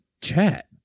chat